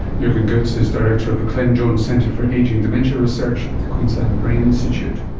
jurgen gotz is director of the clem jones centre for ageing dementia research at the queensland brain institute